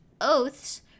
oaths